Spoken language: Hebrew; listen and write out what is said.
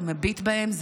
אתה מביט בהם,